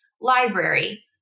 library